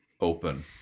open